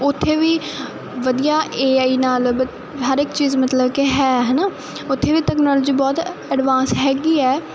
ਉੱਥੇ ਵੀ ਵਧੀਆ ਏ ਆਈ ਨਾਲ ਹਰ ਇੱਕ ਚੀਜ਼ ਮਤਲਬ ਕਿ ਹੈ ਹੈ ਨਾ ਉੱਥੇ ਵੀ ਤਕਨੋਲੋਜੀ ਬਹੁਤ ਐਡਵਾਂਸ ਹੈਗੀ ਐ